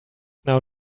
now